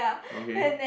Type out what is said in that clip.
okay